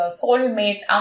soulmate